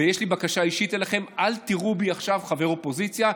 ויש לי בקשה אישית אליכם: אל תראו בי עכשיו חבר אופוזיציה,